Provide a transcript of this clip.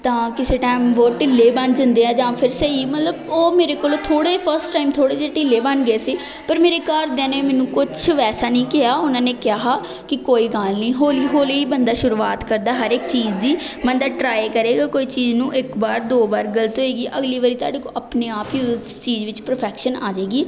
ਤਾਂ ਕਿਸੇ ਟੈਮ ਬਹੁਤ ਢਿੱਲੇ ਬਣ ਜਾਂਦੇ ਹੈ ਜਾਂ ਫਿਰ ਸਹੀ ਮਤਲਬ ਉਹ ਮੇਰੇ ਕੋਲ ਥੋੜ੍ਹੇ ਫਸਟ ਟਾਈਮ ਥੋੜ੍ਹੇ ਜਿਹੇ ਢਿੱਲੇ ਬਣ ਗਏ ਸੀ ਪਰ ਮੇਰੇ ਘਰਦਿਆਂ ਨੇ ਮੈਨੂੰ ਕੁਛ ਵੈਸਾ ਨਹੀਂ ਕਿਹਾ ਉਨ੍ਹਾਂ ਨੇ ਕਿਹਾ ਕਿ ਕੋਈ ਗੱਲ ਨਹੀਂ ਹੌਲੀ ਹੌਲੀ ਬੰਦਾ ਸ਼ੁਰੂਆਤ ਕਰਦਾ ਹਰੇਕ ਚੀਜ਼ ਦੀ ਬੰਦਾ ਟਰਾਏ ਕਰੇਗਾ ਕੋਈ ਚੀਜ਼ ਨੂੰ ਇੱਕ ਵਾਰ ਦੋ ਵਾਰ ਗਲਤ ਹੋਵੇਗੀ ਅਗਲੀ ਵਾਰੀ ਤੁਹਾਡੇ ਕੋ ਆਪਣੇ ਆਪ ਹੀ ਉਸ ਚੀਜ਼ ਵਿੱਚ ਪ੍ਰਫੈਕਸ਼ਨ ਆ ਜਾਵੇਗੀ